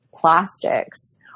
plastics